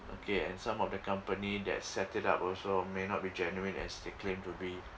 okay and some of the company that set it up also may not be genuine as they claimed to be